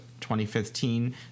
2015